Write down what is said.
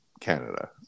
Canada